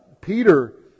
Peter